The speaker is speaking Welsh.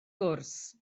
gwrs